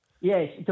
Yes